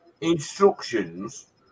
instructions